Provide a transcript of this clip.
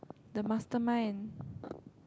the mastermind